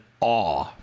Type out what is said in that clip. awe